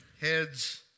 Heads